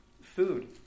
food